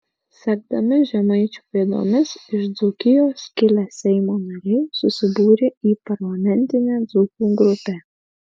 sekdami žemaičių pėdomis iš dzūkijos kilę seimo nariai susibūrė į parlamentinę dzūkų grupę